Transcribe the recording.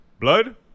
Blood